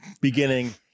beginning